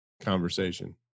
conversation